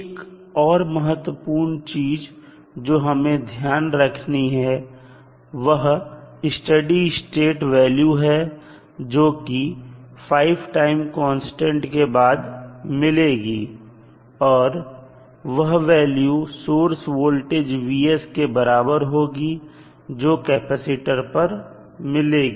एक महत्वपूर्ण चीज जो हमें ध्यान रखनी है वह स्टडी स्टेट वैल्यू है जो कि 5 टाइम कांस्टेंट के बाद मिलेगी और वह वैल्यू सोर्स वोल्टेज के बराबर होगी जो कैपेसिटर पर मिलेगी